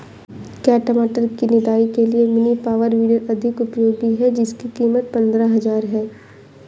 क्या टमाटर की निदाई के लिए मिनी पावर वीडर अधिक उपयोगी है जिसकी कीमत पंद्रह हजार है?